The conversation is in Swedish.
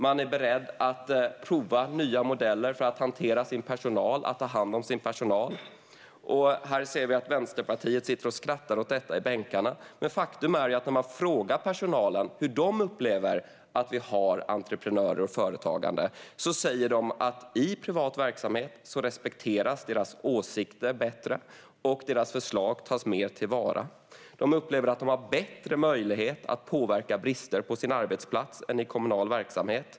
Man är beredd att prova nya modeller för att hantera sin personal och ta hand om sin personal. Här ser vi att Vänsterpartiet sitter i bänkarna och skrattar åt detta. Men faktum är att när man frågar personal hur de upplever entreprenörer och företagande säger de att deras åsikter respekteras bättre i privat verksamhet och deras förslag tas mer till vara. De upplever att de har bättre möjlighet att påverka brister på sin arbetsplats än i kommunal verksamhet.